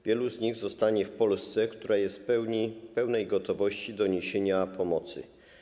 Wielu z nich zostanie w Polsce, która jest w pełnej gotowości do niesienia pomocy.